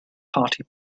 party